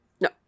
No